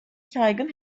saygın